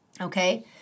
okay